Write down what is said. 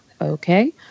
okay